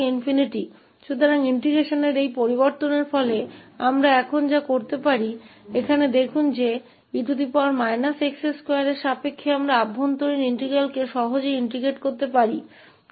इसलिए समाकलन के क्रम में इस परिवर्तन के होने पर अब हम क्या देख सकते हैं यहाँ देखें कि ex2 क्योंकिसंबंध में t हम आसानी से आंतरिक समाकलन को एकीकृत कर सकते हैं